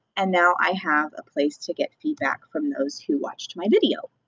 and now i have a place to get feedback from those who watched my video.